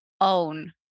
own